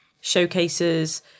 showcases